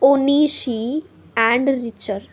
Onishi and Richter